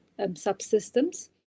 subsystems